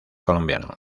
colombiano